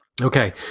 Okay